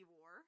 War